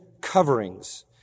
coverings